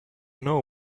know